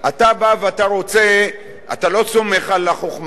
אתה בא ואתה לא סומך על החוכמה,